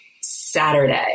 Saturday